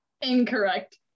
incorrect